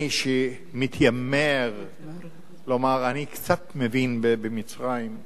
אני שמתיימר, כלומר, אני קצת מבין במצרים,